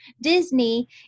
Disney